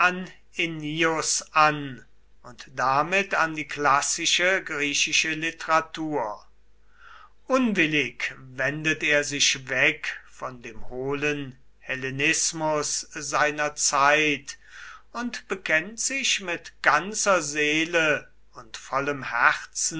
an und damit an die klassische griechische literatur unwillig wendet er sich weg von dem hohlen hellenismus seiner zeit und bekennt sich mit ganzer seele und vollem